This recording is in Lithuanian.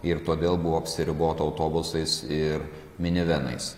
ir todėl buvo apsiribota autobusais ir minivenais